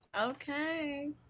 Okay